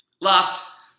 Last